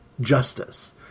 justice